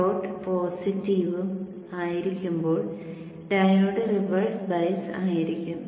dot പോസിറ്റീവും ആയിരിക്കുമ്പോൾ diode reverse bias ആയിരിക്കും